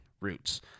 roots